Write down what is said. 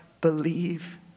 believe